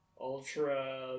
ultra